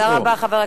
תודה רבה, חבר הכנסת.